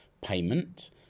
payment